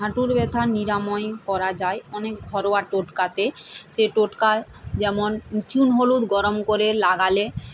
হাঁটুর ব্যথা নিরাময় করা যায় অনেক ঘরোয়া টোটকাতে সে টোটকা যেমন চুন হলুদ গরম করে লাগালে